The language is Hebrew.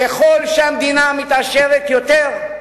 ככל שהמדינה מתעשרת יותר,